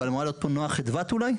אבל אמורה להיות פה נעה חדוות אולי?